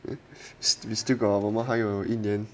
we still got 我们还有一年